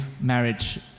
marriage